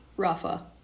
Rafa